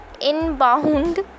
inbound